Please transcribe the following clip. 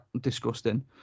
disgusting